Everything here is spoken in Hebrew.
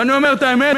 ואני אומר את האמת,